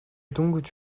дөнгөж